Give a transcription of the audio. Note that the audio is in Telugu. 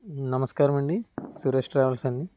నమస్కారమండి సురేష్ ట్రావెల్స్ అండి